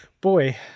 boy